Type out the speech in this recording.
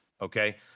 okay